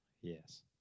Yes